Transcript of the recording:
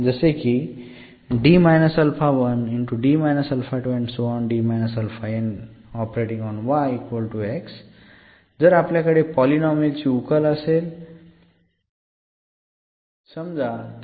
जसे की जर आपल्याकडे पॉलिनॉमियल ची उकल असेल समजा त्यांना आपण